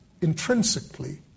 intrinsically